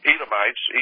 Edomites